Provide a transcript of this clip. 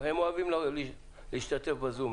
הם אוהבים להשתתף בזום.